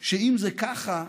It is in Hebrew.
שאם זה ככה,